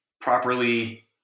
properly